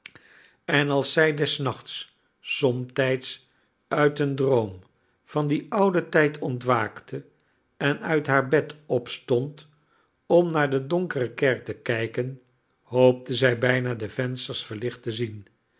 en als zij des nachts somtijds uit een droom van dien ouden tijd ontwaakte en uit haar bed opstond om naar de donkere kerk te kijken hoopte zij bijna de vensters verlicht te zien